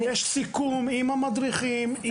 יש סיכום עם המדריכים.